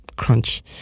crunch